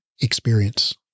experience